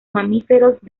mamíferos